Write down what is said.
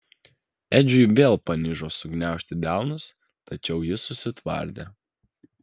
edžiui vėl panižo sugniaužti delnus tačiau jis susitvardė